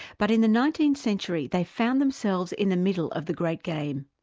but in the nineteenth century they found themselves in the middle of the great game.